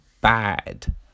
bad